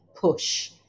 push